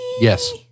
yes